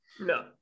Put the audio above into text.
no